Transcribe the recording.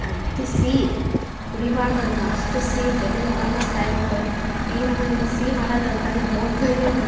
ಅತ್ತಿಸಿ ಕುಡಿಬಾರದು ಅದನ್ನ ಅಷ್ಟು ಸಿಹಿ ತಲಿನ ಉಳನ ಸಾಯಬೇಕ ಈ ನಮ್ನಿ ಸಿಹಿ ಮಾಡದು ಅಂತ ನಮ್ಮವ್ವ ಬೈದು ಬಿಟ್ಲು